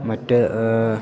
മറ്റ്